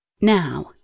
Now